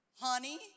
honey